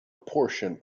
portion